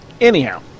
anyhow